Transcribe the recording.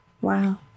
Wow